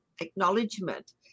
acknowledgement